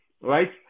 right